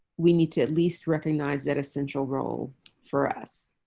we need to at least recognize that essential role for us.